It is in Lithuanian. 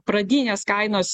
pradinės kainos